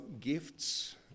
gifts